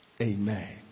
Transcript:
Amen